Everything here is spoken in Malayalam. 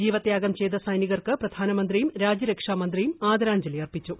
ജീവത്യാഗം ചെയ്ത സൈനികർക്ക് പ്രധാനമന്ത്രിയും രാജ്യരക്ഷാമന്ത്രിയും ആദരാഞ്ജലി അർപ്പിച്ചു